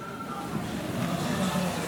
זה